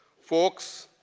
folks,